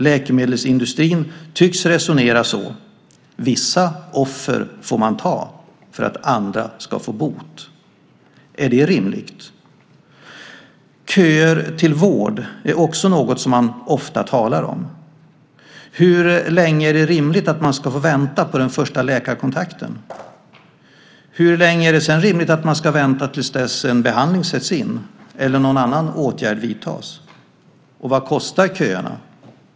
Läkemedelsindustrin tycks resonera så, att vissa offer får man ta för att andra ska få bot. Är det rimligt? Köer till vård är också något som man ofta talar om. Hur länge är det rimligt att man ska få vänta på den första läkarkontakten? Hur länge är det sedan rimligt att man ska vänta till dess att en behandling sätts in eller någon annan åtgärd vidtas? Och vad kostar köerna?